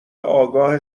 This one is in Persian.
آگاه